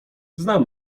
znam